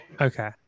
Okay